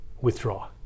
withdraw